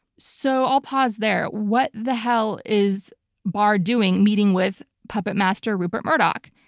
so i'll pause there. what the hell is barr doing meeting with puppetmaster rupert murdoch?